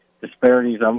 disparities